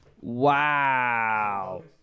wow